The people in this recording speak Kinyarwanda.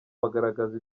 bagaragazaga